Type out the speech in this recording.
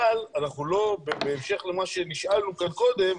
אבל בהמשך למה שנשאלנו כאן קודם,